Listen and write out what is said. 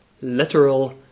literal